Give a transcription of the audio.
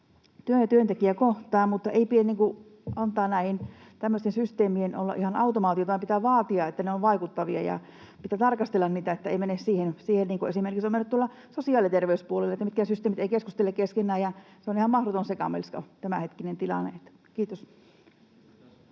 työ ja työntekijä kohtaavat, mutta ei pidä antaa näiden tämmöisten systeemien olla ihan automaatioita, vaan pitää vaatia, että ne ovat vaikuttavia, ja pitää tarkastella niitä, ettei mennä siihen, mihin on mennyt esimerkiksi sosiaali- ja terveyspuolella, että mitkään systeemit eivät keskustele keskenään ja tämänhetkinen tilanne on